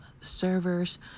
servers